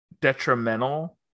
detrimental